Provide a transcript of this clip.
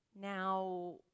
Now